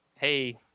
hey